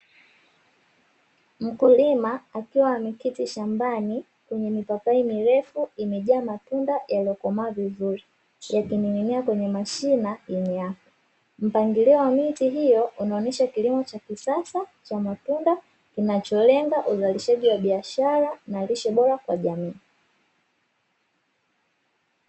Mkulima akiwa ameketi shambani kwenye mipapai mirefu imejaa matunda yaliyokomaa vizuri, yakining’inia kwenye mashina imeayo. Mpangilio wa miti hiyo unaonesha kilimo cha kisasa cha matunda kinacholenga uzalishaji wa biashara na lishe bora kwa jamii.